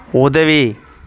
உதவி